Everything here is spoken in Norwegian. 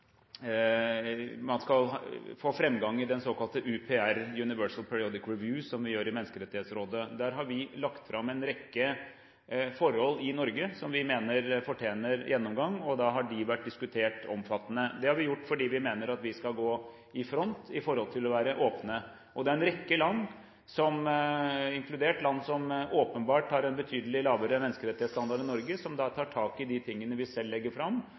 man skal få framgang i den såkalte UPR – Universal Periodic Review – som vi gjør i Menneskerettighetsrådet. Der har vi lagt fram en rekke forhold i Norge som vi mener fortjener gjennomgang, og da har de vært diskutert omfattende. Det har vi gjort fordi vi mener at vi skal gå i front med å være åpne. Det er en rekke land, inkludert land som åpenbart har en betydelig lavere menneskerettighetsstandard enn Norge, som da tar tak i de tingene vi selv legger fram,